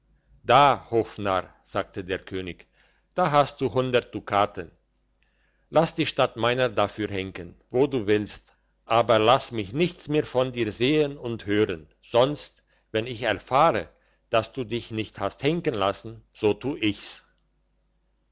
da hofnarr sagte der könig da hast du dukaten lass dich statt meiner dafür henken wo du willst aber lass mich nichts mehr von dir sehen und hören sonst wenn ich erfahre dass du dich nicht hast henken lassen so tu ich's